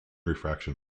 refraction